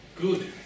Good